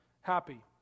happy